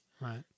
right